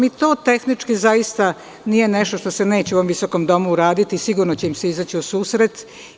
To tehnički zaista nije nešto što se neće u ovom visokom domu uraditi, sigurno će im se izaći u susret.